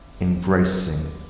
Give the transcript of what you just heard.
embracing